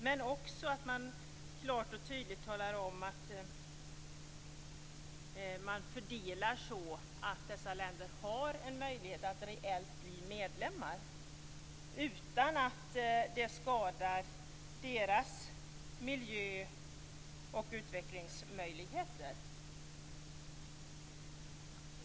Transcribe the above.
Man skall också klart och tydligt tala om att man fördelar så, att dessa länder har en möjlighet att reellt bli medlemmar utan att det skadar deras miljö och utvecklingsmöjligheter.